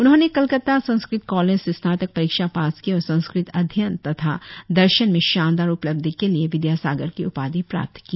उन्होंने कलकत्ता संस्कृत कॉलेज से स्नातक परीक्षा पास की और संस्कृत अध्ययन तथा दर्शन में शानदार उपलब्धि के लिए विदयासागर की उपाधि प्राप्त की